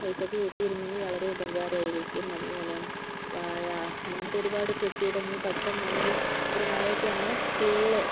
പൈസക്ക് കിട്ടിയിരുന്നെങ്കിൽ വളരെ ഉപകാരമായിരിക്കും അതുപോലെ വാഴ അങ്ങനത്തെ ഒരുപാട് കൃഷി ഇടങ്ങളിൽ പെട്ടെന്ന് തന്നെ ഒരു ഒരു മഴയത്ത് തന്നെ ഫുള്ള്